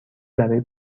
برای